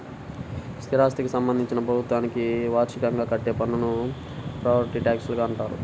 స్థిరాస్థికి సంబంధించి ప్రభుత్వానికి వార్షికంగా కట్టే పన్నును ప్రాపర్టీ ట్యాక్స్గా అంటారు